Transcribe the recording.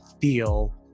feel